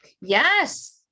yes